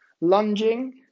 Lunging